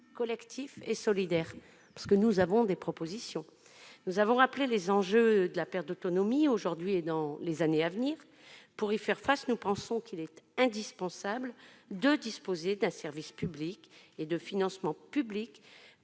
collectif et solidaire. Nous avons déjà rappelé les enjeux de la perte d'autonomie pour aujourd'hui et pour les années à venir. Pour y faire face, nous pensons qu'il est indispensable de disposer d'un service public et d'un financement public